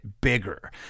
bigger